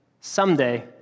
someday